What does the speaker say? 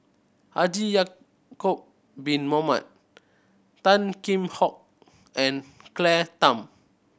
Haji Ya'acob Bin Mohamed Tan Kheam Hock and Claire Tham